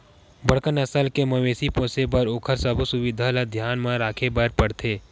बड़का नसल के मवेशी पोसे बर ओखर सबो सुबिधा ल धियान म राखे बर परथे